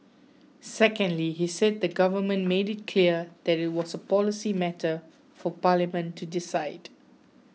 secondly he said the government made it clear that it was a policy matter for parliament to decide